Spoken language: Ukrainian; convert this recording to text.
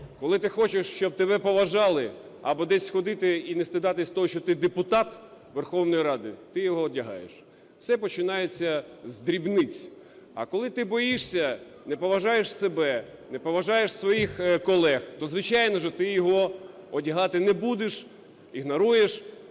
коли ти хочеш, щоб тебе поважали, або десь ходити і не стидатись того, що ти депутат Верховної Ради, ти його одягаєш. Все починається з дрібниць. А коли ти боїшся, не поважаєш себе, не поважаєш своїх колег, то, звичайно же, ти його одягати не буде, ігноруєш.